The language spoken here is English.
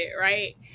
Right